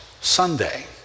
Sunday